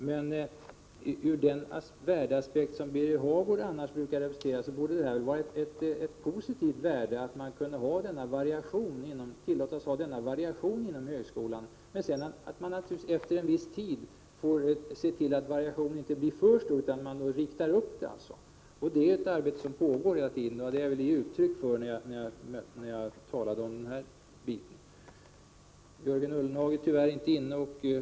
Med den värdeaspekt som Biger Hagård annars brukar representera, borde han tycka att det var positivt att variation inom högskolan tillåts. Man måste naturligtvis efter en viss tid se till att variationen inte blir för stor, och det är ett arbete som pågår hela tiden. Jörgen Ullenhag är tyvärr inte i kammaren.